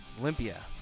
Olympia